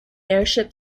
airship